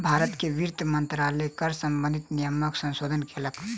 भारत के वित्त मंत्रालय कर सम्बंधित नियमक संशोधन केलक